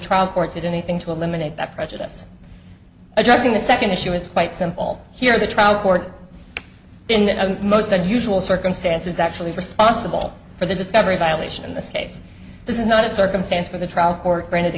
trial court did anything to eliminate that prejudice addressing the second issue is quite simple here the trial court in the most unusual circumstances actually responsible for the discovery violation in this case this is not a circumstance where the trial court granted a